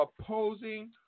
opposing